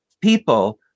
people